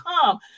come